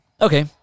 Okay